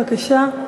בבקשה.